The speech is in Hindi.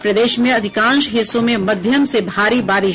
और प्रदेश में अधिकांश हिस्सों में मध्यम से भारी बारिश